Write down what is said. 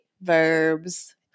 verbs